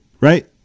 Right